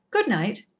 good-night.